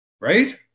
right